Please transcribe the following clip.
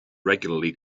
regularly